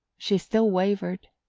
she still wavered,